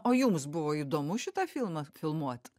o jums buvo įdomu šitą filmą filmuot